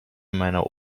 meiner